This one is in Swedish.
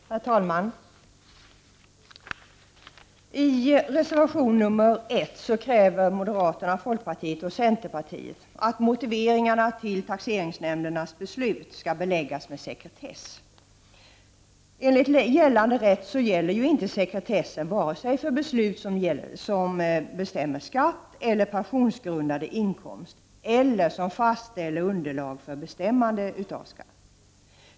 Herr talman! I reservation 1 kräver moderaterna, folkpartiet och centerpartiet att motiveringarna till taxeringsnämndernas beslut skall beläggas med sekretess. Enligt gällande rätt råder inte sekretess för beslut som bestämmer skatt eller pensionsgrundande inkomst eller som fastställer underlag för bestämmande av skatt.